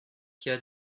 kia